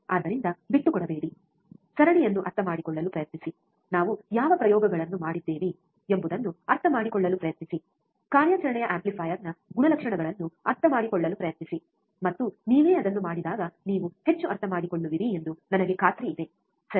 ಆದ್ದರಿಂದ ಬಿಟ್ಟುಕೊಡಬೇಡಿ ಸರಣಿಯನ್ನು ಅರ್ಥಮಾಡಿಕೊಳ್ಳಲು ಪ್ರಯತ್ನಿಸಿ ನಾವು ಯಾವ ಪ್ರಯೋಗಗಳನ್ನು ಮಾಡಿದ್ದೇವೆ ಎಂಬುದನ್ನು ಅರ್ಥಮಾಡಿಕೊಳ್ಳಲು ಪ್ರಯತ್ನಿಸಿ ಕಾರ್ಯಾಚರಣೆಯ ಆಂಪ್ಲಿಫೈಯರ್ನ ಗುಣಲಕ್ಷಣಗಳನ್ನು ಅರ್ಥಮಾಡಿಕೊಳ್ಳಲು ಪ್ರಯತ್ನಿಸಿ ಮತ್ತು ನೀವೇ ಅದನ್ನು ಮಾಡಿದಾಗ ನೀವು ಹೆಚ್ಚು ಅರ್ಥಮಾಡಿಕೊಳ್ಳುವಿರಿ ಎಂದು ನನಗೆ ಖಾತ್ರಿಯಿದೆ ಸರಿ